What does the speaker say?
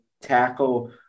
tackle